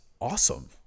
awesome